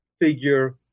figure